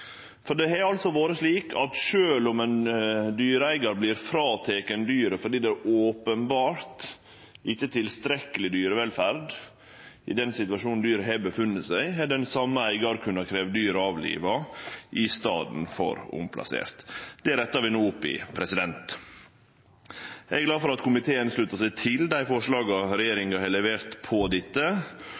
for det har vore slik at sjølv om ein dyreeigar vert fråteken dyret fordi det openbert ikkje er tilstrekkeleg dyrevelferd i den situasjonen dyret har vore i, har den same eigaren kunna krevje dyret avliva i staden for omplassert. Det rettar vi no opp i. Eg er glad for at komiteen sluttar seg til dei forslaga regjeringa har levert,